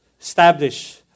Establish